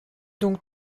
donc